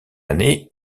année